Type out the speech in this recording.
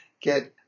get